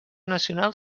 nacional